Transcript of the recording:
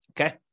Okay